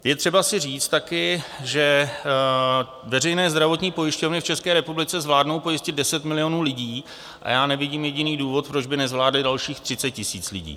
Je třeba si říct taky, že veřejné zdravotní pojišťovny v České republice zvládnou pojistit 10 milionů lidí a já nevidím jediný důvod, proč by nezvládly dalších 30 000 lidí.